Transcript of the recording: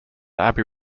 abbey